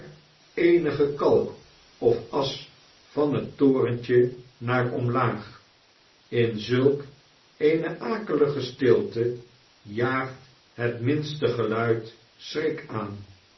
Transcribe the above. eenige kalk of asch van het torentje naar omlaag in zulk eene akelige stilte jaagt het minste geluid schrik aan